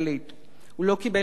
הוא לא קיבל התחכמויות,